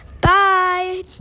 Bye